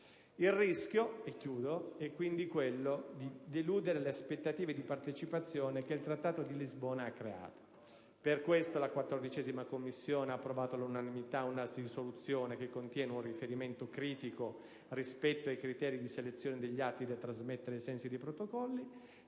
il rischio è quello di deludere le aspettative di partecipazione che il Trattato di Lisbona ha creato. Per questo motivo la 14a Commissione ha approvato, all'unanimità, una risoluzione che contiene un riferimento critico rispetto ai criteri di selezione degli atti da trasmettere ai sensi dei Protocolli.